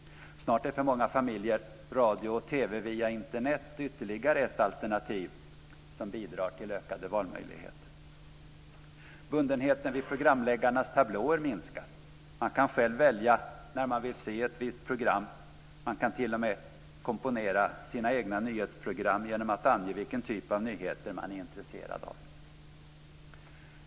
Snart är för många familjer radio och TV via Internet ytterligare ett alternativ som bidrar till ökade valmöjligheter. Bundenheten vid programläggarnas tablåer minskar. Man kan själv välja när man vill se ett visst program. Man kan t.o.m. komponera sina egna nyhetsprogram genom att ange vilken typ av nyheter man är intresserad av.